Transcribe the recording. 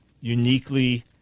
uniquely